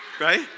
Right